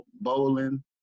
bowling